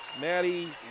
Maddie